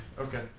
okay